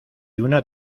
una